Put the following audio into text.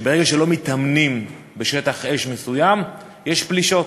שברגע שלא מתאמנים בשטח אש מסוים יש פלישות.